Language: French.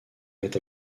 met